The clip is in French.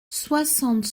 soixante